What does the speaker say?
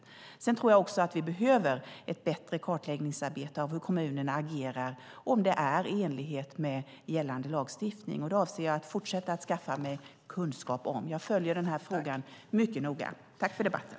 Vi behöver också en bättre kartläggning av om kommunerna agerar i enlighet med gällande lagstiftning. Detta avser jag att fortsätta skaffa mig kunskap om. Jag följer denna fråga mycket noga. Jag tackar för debatten.